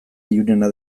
ilunena